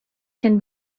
can